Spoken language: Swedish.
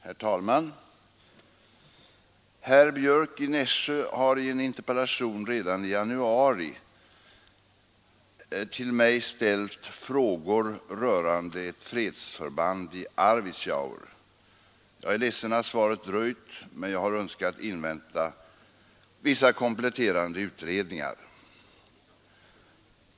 Herr talman! Herr Björck i Nässjö har i en interpellation redan i januari till mig ställt frågor rörande ett fredsförband i Arvidsjaur. Jag är ledsen att svaret dröjt, men jag har önskat invänta vissa kompletterande utredningar.